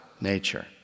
nature